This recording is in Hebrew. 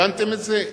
הבנתם את זה?